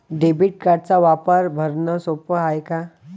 Debit कार्डचा वापर भरनं सोप हाय का?